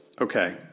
Okay